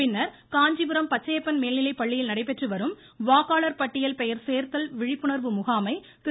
பின்னர் காஞ்சிபுரம் பச்சையப்பன் மேல்நிலைப்பள்ளியில் நடைபெற்று வரும் வாக்காளர் பட்டியல் பெயர் சேர்த்தல் விழிப்புணர்வு முகாமை திரு